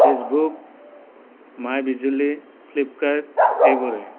Facebook my Bijuli Flipkart এইবোৰেই